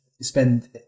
spend